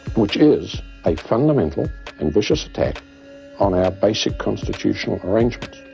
which is a fundamental and vicious attack on our basic constitutional arrangements.